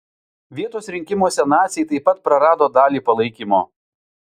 vietos rinkimuose naciai taip pat prarado dalį palaikymo